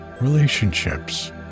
relationships